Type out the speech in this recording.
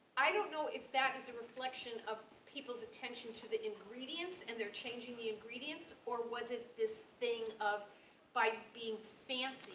i don't know if that is a reflection of people's attention to the ingredients, and they're changing the ingredients, or was it this thing of like being fancy?